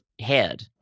head